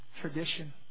tradition